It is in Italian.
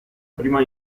prima